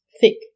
thick